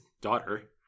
daughter